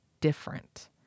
different